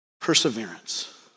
perseverance